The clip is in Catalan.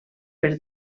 per